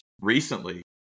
recently